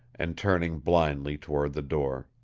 and turning blindly toward the door.